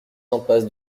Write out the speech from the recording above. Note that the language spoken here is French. impasse